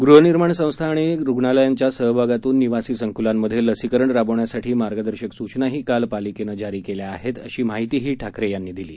गृहनिर्माण संस्था आणि रुग्णालयांच्या सहभागातून निवासी संकुलामध्ये लसीकरण राबवण्यासाठी मार्गदर्शक सूचनाही काल पालिकेनं जारी केल्या आहेत अशी माहितीही ठाकरे यांनी दिली